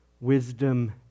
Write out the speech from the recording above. wisdom